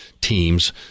teams